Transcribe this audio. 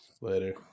Later